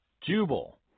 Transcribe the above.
Jubal